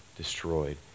destroyed